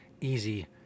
easy